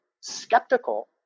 skeptical